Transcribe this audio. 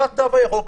זה התו הירוק,